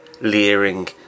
leering